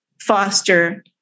foster